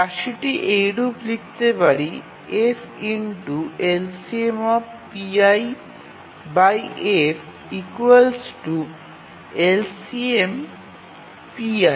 রাশিটি এইরূপ লিখতে পারি fLCMf LCM